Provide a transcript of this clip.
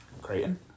Creighton